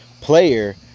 player